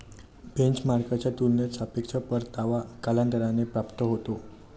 बेंचमार्कच्या तुलनेत सापेक्ष परतावा कालांतराने प्राप्त होतो